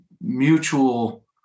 mutual